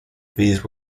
these